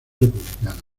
republicana